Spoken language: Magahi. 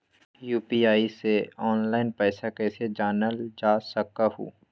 यू.पी.आई से आईल पैसा कईसे जानल जा सकहु?